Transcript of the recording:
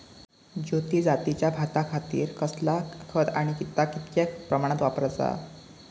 ज्योती जातीच्या भाताखातीर कसला खत आणि ता कितक्या प्रमाणात वापराचा?